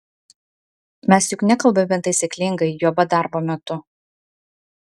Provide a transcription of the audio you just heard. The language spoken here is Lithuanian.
mes juk nekalbame taisyklingai juoba darbo metu